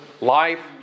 Life